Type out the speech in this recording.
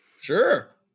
Sure